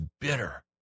bitter